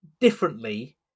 differently